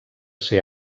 ser